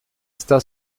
está